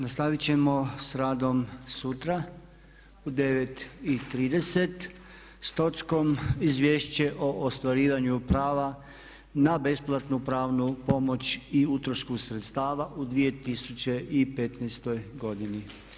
Nastaviti ćemo s radom sutra u 9,30 sa točkom Izvješće o ostvarivanju prava na besplatnu pravnu pomoć i utrošku sredstava u 2015. godini.